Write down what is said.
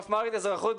מפמ"רית אזרחות,